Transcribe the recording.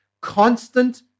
Constant